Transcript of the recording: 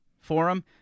forum